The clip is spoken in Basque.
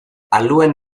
aluen